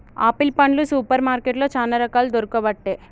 apple పండ్లు super మార్కెట్లో చానా రకాలు దొరుకబట్టె